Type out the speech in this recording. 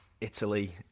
Italy